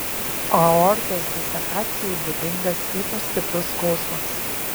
aortos disekacijai būdingas ypač stiprus skausmas